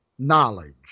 Knowledge